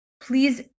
please